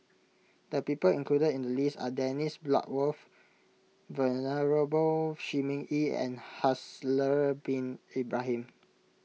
the people included in the list are Dennis Bloodworth Venerable Shi Ming Yi and Haslir Bin Ibrahim